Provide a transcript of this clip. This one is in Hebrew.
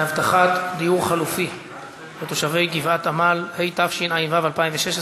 שעברה בקריאה טרומית ועוברת לדיון בוועדת העבודה,